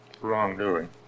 wrongdoing